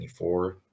24